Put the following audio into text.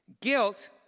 Guilt